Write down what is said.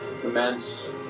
commence